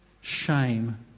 shame